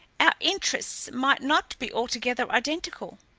our interests might not be altogether identical.